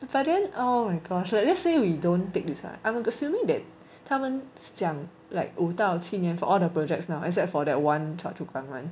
but then oh my gosh like let's say we don't take this [one] I'm assuming that 他们讲到五到七年 for all the projects now except for that one choa chu kang [one]